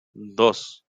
dos